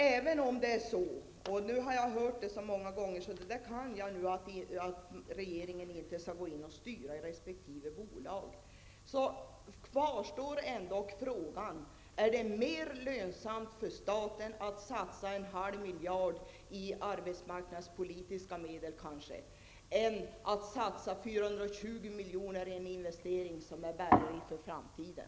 Även om regeringen inte skall gå in och styra i resp. bolag -- det har jag hört så många gånger nu, så det kan jag -- kvarstår frågan om det är mer lönsamt för staten att satsa en halv miljard i arbetsmarknadspolitiska medel än att satsa 420 milj.kr. på en investering som är bärig inför framtiden.